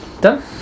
Done